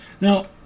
Now